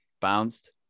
bounced